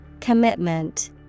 commitment